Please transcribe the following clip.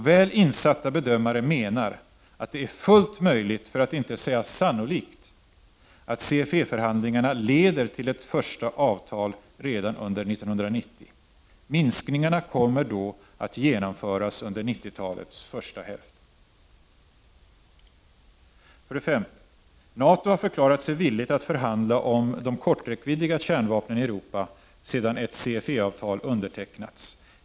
Väl insatta bedömare menar att det är fullt möjligt — för att inte säga san nolikt — att CFE-förhandlingarna leder till ett första avtal redan under 1990. — Prot. 1989/90:35 Minskningarna kommer då att genomföras under 90-talets första hälft. 29 november 1989 5. NATO har förklarat sig villigt att förhandla om de kärnvapen som har = Nedrustning kort räckvidd i Europa sedan ett CFE-avtal undertecknats.